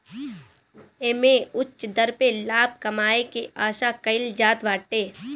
एमे उच्च दर पे लाभ कमाए के आशा कईल जात बाटे